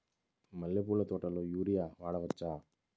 మల్లె పూల తోటలో యూరియా వాడవచ్చా?